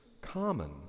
Common